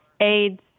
AIDS